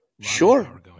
sure